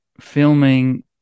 filming